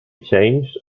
changed